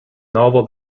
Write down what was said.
novel